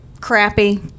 crappy